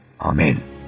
Amen